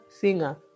singer